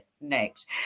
next